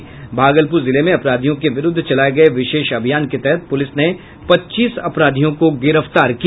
भागलपुर जिले में अपराधियों के विरुद्ध चलाये गये विशेष अभियान के तहत पुलिस ने पच्चीस अपराधियों को गिरफ्तार किया